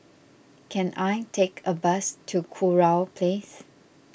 can I take a bus to Kurau Place